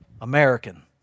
American